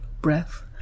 breath